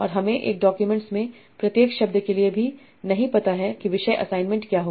और हमें एक डॉक्यूमेंट्स में प्रत्येक शब्द के लिए भी नहीं पता है कि विषय असाइनमेंट क्या होगा